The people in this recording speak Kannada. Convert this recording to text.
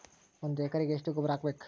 ಒಂದ್ ಎಕರೆಗೆ ಎಷ್ಟ ಗೊಬ್ಬರ ಹಾಕ್ಬೇಕ್?